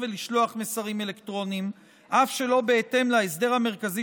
ולשלוח מסרים אלקטרוניים אף שלא בהתאם להסדר המרכזי